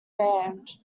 band